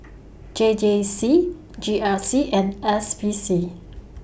J J C G R C and S P C